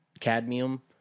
cadmium